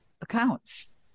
accounts